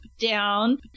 down